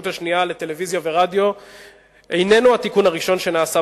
השנייה לטלוויזיה ורדיו איננו התיקון הראשון שנעשה